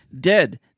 dead